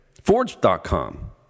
Forge.com